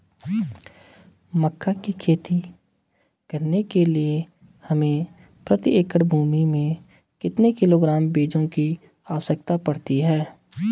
मक्का की खेती करने के लिए हमें प्रति एकड़ भूमि में कितने किलोग्राम बीजों की आवश्यकता पड़ती है?